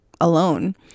alone